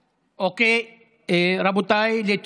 רבותיי, להתכונן.